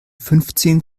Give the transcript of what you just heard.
fünfzehn